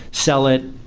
sell it,